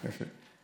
יפה.